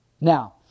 Now